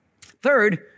Third